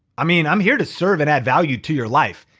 i mean, i'm here to serve and add value to your life.